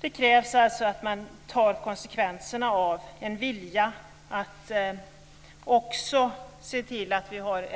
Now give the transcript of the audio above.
Det krävs alltså att man tar konsekvenserna av en vilja att också se till att vi har